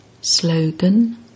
Slogan